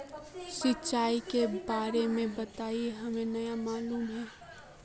सिंचाई के बारे में बताई हमरा नय मालूम है?